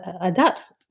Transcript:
adapts